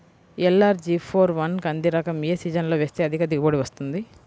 LRG four one కంది రకం ఏ సీజన్లో వేస్తె అధిక దిగుబడి వస్తుంది?